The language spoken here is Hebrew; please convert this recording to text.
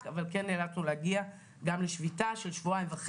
אנחנו נעשה הכול כדי לשמוע,